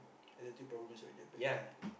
attitude problem is already a bad thing